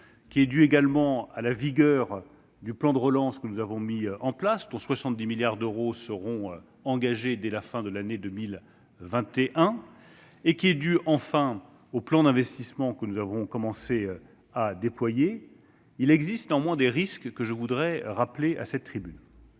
dus, ensuite, à la vigueur du plan de relance que nous avons mis en place, dont 70 milliards d'euros seront engagés dès la fin de l'année 2021. Ils sont dus, enfin, au plan d'investissement que nous avons commencé à déployer. Il existe néanmoins des risques que je voudrais rappeler à cette tribune.